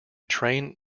train